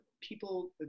people